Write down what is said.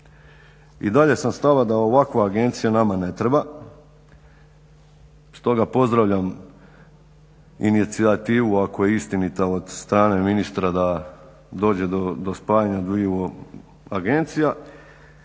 I dalje sam stava da ovakva agencija nama ne treba. Stoga pozdravljam inicijativu, ako je istinita, od strane ministra da dođe do spajanja dviju agencija.